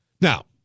Now